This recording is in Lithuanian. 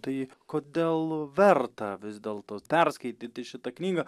tai kodėl verta vis dėlto perskaityti šitą knygą